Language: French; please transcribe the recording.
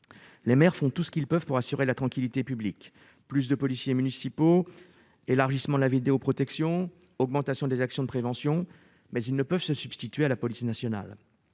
les maires font tout ce qu'ils peuvent pour assurer la tranquillité publique, plus de policiers municipaux élargissement la vidéoprotection augmentation des actions de prévention mais ils ne peuvent se substituer à la police nationale,